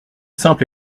simple